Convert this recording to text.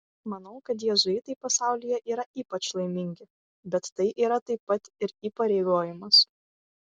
manau kad jėzuitai pasaulyje yra ypač laimingi bet tai yra taip pat ir įpareigojimas